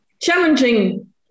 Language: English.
challenging